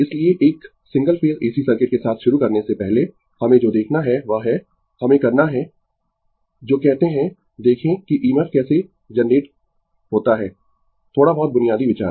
इसलिए एक single phase AC circuit के साथ शुरू करने से पहले हमें जो देखना है वह है हमें करना है जो कहते है देखें कि EMF कैसे जनरेट होता है थोड़ा बहुत बुनियादी विचार